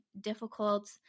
difficult